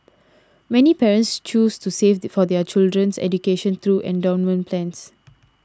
many parents choose to save for their children's education through endowment plans